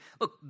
look